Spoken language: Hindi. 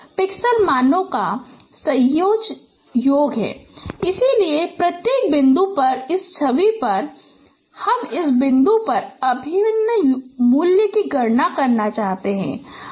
I∑ x i0i≤xj0j≤yIi j A B CD इसलिए प्रत्येक बिंदु पर इस छवि पर हम इस बिंदु पर अभिन्न मूल्य की गणना करना चाहते हैं